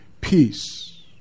peace